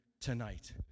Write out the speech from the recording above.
tonight